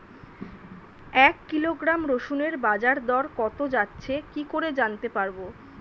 এক কিলোগ্রাম রসুনের বাজার দর কত যাচ্ছে কি করে জানতে পারবো?